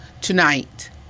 tonight